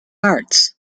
arts